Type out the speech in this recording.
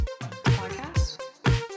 Podcast